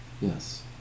Yes